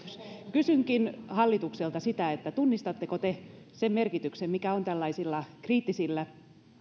kysynkin hallitukselta tunnistatteko te sen merkityksen mikä on tällaisilla kriittisillä